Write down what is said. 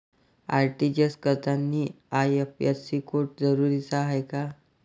RTGS करतांनी IFSC code जरुरीचा हाय का?